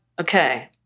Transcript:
okay